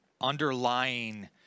underlying